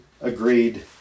agreed